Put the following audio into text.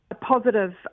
positive